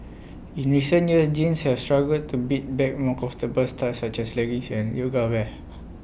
in recent years jeans have struggled to beat back more comfortable styles such as leggings and yoga wear